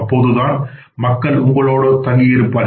அப்போதுதான் மக்கள் உங்களுடன் தங்கியிருப்பார்கள்